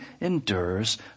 endures